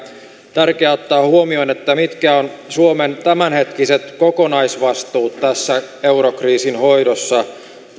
tärkeää ottaa huomioon mitkä ovat suomen tämänhetkiset kokonaisvastuut tässä eurokriisin hoidossa